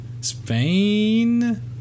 Spain